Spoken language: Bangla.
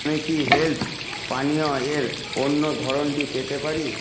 আমি কি হেলথ্ পানীয় এর অন্য ধরনটি পেতে পারি